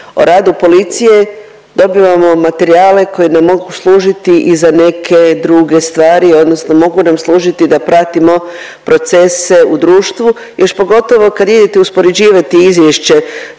o radu policije dobivamo materijale koji nam mogu služiti i za neke druge stvari odnosno mogu nam služiti da pratimo procese u društvu, još pogotovo kad idete uspoređivati izvješće